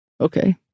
Okay